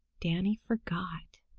danny forgot.